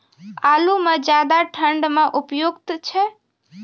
आलू म ज्यादा ठंड म उपयुक्त छै?